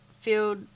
filled